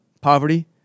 poverty